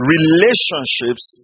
Relationships